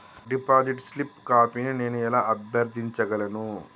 Deposit slip కాపీని నేను ఎలా అభ్యర్థించగలను?